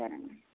సరే అండి